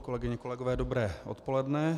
Kolegyně, kolegové, dobré odpoledne.